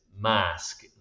mask